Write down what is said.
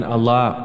Allah